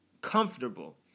comfortable